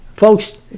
Folks